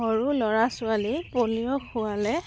সৰু ল'ৰা ছোৱালী পলিঅ' খোৱালে